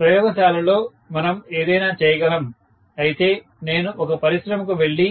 ప్రయోగశాలలో మనం ఏదైనా చేయగలం అయితే నేను ఒక పరిశ్రమకు వెళ్లి